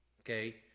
Okay